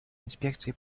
инспекции